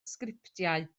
sgriptiau